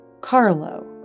Carlo